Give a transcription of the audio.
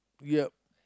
ya